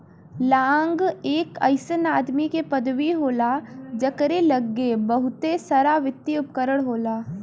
लांग एक अइसन आदमी के पदवी होला जकरे लग्गे बहुते सारावित्तिय उपकरण होला